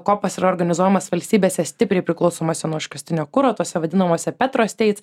kopas yra organizuojamas valstybėse stipriai priklausomose nuo iškastinio kuro tose vadinamose petro steit